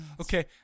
Okay